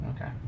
Okay